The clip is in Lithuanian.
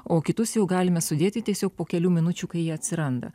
o kitus jau galime sudėti tiesiog po kelių minučių kai jie atsiranda